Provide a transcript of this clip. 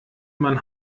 man